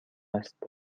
است